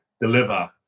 deliver